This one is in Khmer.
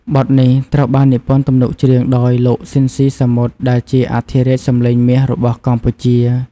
បទនេះត្រូវបាននិពន្ធទំនុកច្រៀងដោយលោក ស៊ិន ស៊ីសាមុត ដែលជាអធិរាជសំឡេងមាសរបស់កម្ពុជា។